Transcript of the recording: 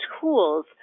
tools